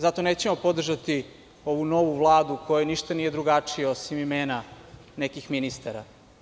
Zato nećemo podržati ovu novu Vladu u kojoj ništa nije drugačije, osim imena nekih ministara.